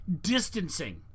distancing